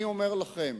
אני אומר לכם: